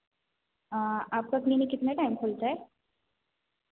आपका क्लिनिक कितने टाइम खुलता है